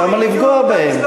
למה לפגוע בהם?